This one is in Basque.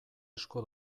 asko